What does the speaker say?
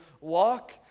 walk